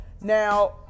Now